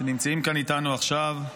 שנמצאים כאן איתנו עכשיו,